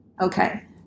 Okay